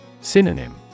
Synonym